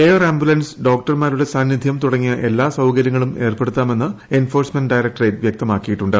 air ambulance ഡോക്ടർമാരുടെ സാന്നിദ്ധൃം തുടങ്ങിയ എല്ലാ സൌക രൃങ്ങളും ഏർപ്പെടുത്താമെന്ന് എൻഫ്യോഴ്സ്മെന്റ് ഡയറക്ടറേറ്റ് വൃക്തമാക്കിയിട്ടുണ്ട്